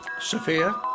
Sophia